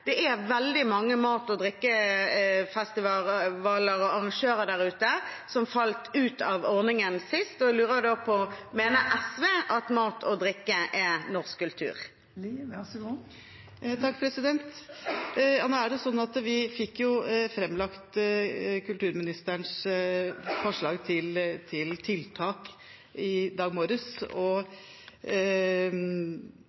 det. Det er veldig mange mat- og drikkefestivaler og arrangører der ute som falt ut av ordningen sist, og jeg lurer på om SV mener at mat og drikke er norsk kultur. Nå fikk vi jo framlagt kulturministerens forslag til tiltak i dag